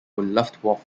luftwaffe